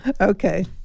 Okay